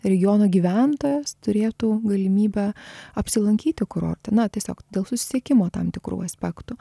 regiono gyventojas turėtų galimybę apsilankyti kurorte na tiesiog dėl susisiekimo tam tikrų aspektų